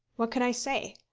what could i say?